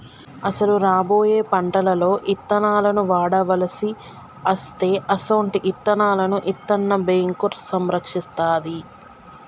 అసలు రాబోయే పంటలలో ఇత్తనాలను వాడవలసి అస్తే అసొంటి ఇత్తనాలను ఇత్తన్న బేంకు సంరక్షిస్తాది